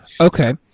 Okay